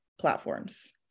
platforms